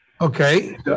Okay